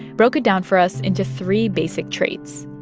broke it down for us into three basic traits.